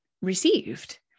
received